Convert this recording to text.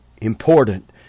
Important